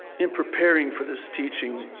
in preparing for this teaching,